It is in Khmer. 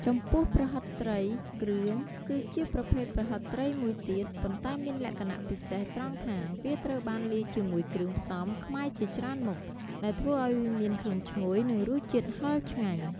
ចំពោះ ប្រហិតត្រី គ្រឿង គឺជាប្រភេទប្រហិតត្រីមួយទៀត ប៉ុន្តែមានលក្ខណៈពិសេសត្រង់ថាវាត្រូវបានលាយជាមួយគ្រឿងផ្សំខ្មែរជាច្រើនមុខ ដែលធ្វើឱ្យវាមានក្លិនឈ្ងុយ និងរសជាតិហឹរឆ្ងាញ់។